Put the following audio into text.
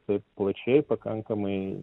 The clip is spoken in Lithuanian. taip plačiai pakankamai